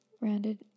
rounded